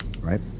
right